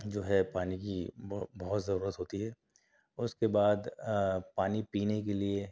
جو ہے پانی کی بہت ضرورت ہوتی ہے اس کے بعد پانی پینے کے لئے